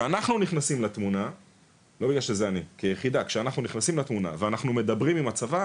וכשאנחנו נכנסים לתמונה כיחידה ואנחנו מדברים עם הצבא.